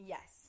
Yes